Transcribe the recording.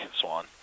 Swan